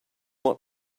what